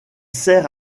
sert